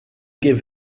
give